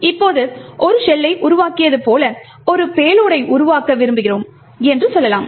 இப்போது ஒரு ஷெல்லை உருவாக்கியது போல ஒரு பேலோடை உருவாக்க விரும்புகிறோம் என்று சொல்லலாம்